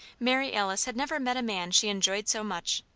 mary alice had never met a man she enjoyed so much.